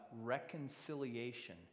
reconciliation